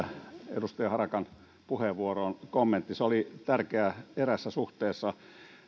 edustaja harakan puheenvuoroon kommentti se oli tärkeä eräässä suhteessa